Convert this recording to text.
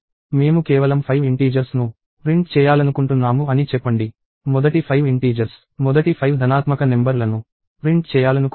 మేము కేవలం 5 ఇంటీజర్స్ ను ప్రింట్ చేయాలనుకుంటున్నాము అని చెప్పండి మొదటి 5 ఇంటీజర్స్ మొదటి 5 ధనాత్మక నెంబర్ లను ప్రింట్ చేయాలనుకుంటున్నాము